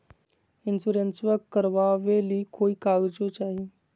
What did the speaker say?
इंसोरेंसबा करबा बे ली कोई कागजों चाही?